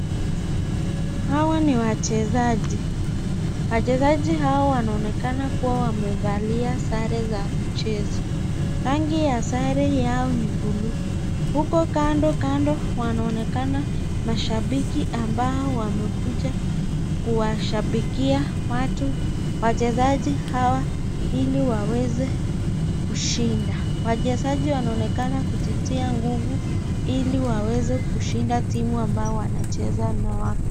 Hawa ni wachezaji. Wachezaji hawa wanaonekana kuwa wamevalia sare za mchezo. Rangi ya sare yao ni buluu. Huko kando kando wanaonekana mashabiki ambao wamekuja kuwashabikia watu wachezaji hawa ili waweze kushinda. Wachezaji wanaonekana kujitia nguvu ili waweze kushinda timu ambayo wanacheza na wao.